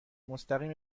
مستقیم